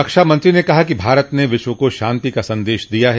रक्षामंत्री ने कहा कि भारत ने विश्व को शांति का संदेश दिया है